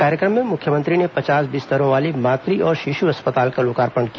कार्यक्रम में मुख्यमंत्री ने पचास बिस्तरों वाले मातु और शिशु अस्पताल का लोकार्पण किया